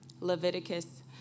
Leviticus